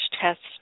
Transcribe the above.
tests